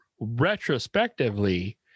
retrospectively